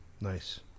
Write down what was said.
Nice